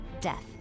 death